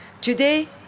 Today